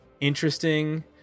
interesting